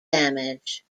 damage